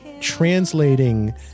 translating